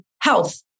health